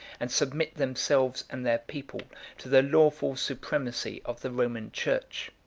and submit themselves and their people to the lawful supremacy of the roman church.